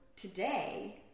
today